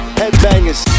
headbangers